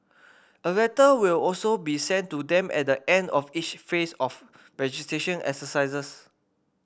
a letter will also be sent to them at the end of each phase of the registration exercisers